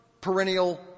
perennial